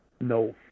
No